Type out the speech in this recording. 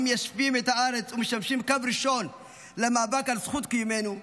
המיישבים את הארץ ומשמשים קו ראשון למאבק על זכות קיומנו,